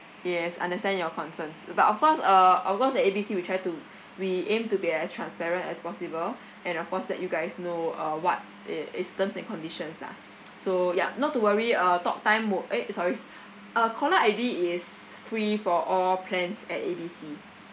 yes understand your concerns but of course uh of course at A B C we try to we aim to be as transparent as possible and of course let you guys know uh what i~ its terms and conditions lah so yup not to worry uh talktime would eh sorry uh caller I_D is free for all plans at A B C